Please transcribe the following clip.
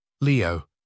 Leo